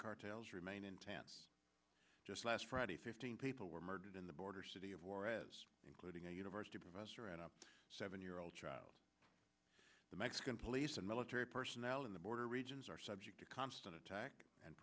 cartels remain intense just last friday fifteen people were murdered in the border city of juarez including a university professor and a seven year old child the mexican police and military personnel in the border regions are subject to constant attack and